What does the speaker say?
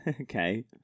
Okay